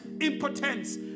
impotence